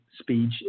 speech